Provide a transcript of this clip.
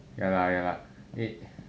ya lah ya lah wait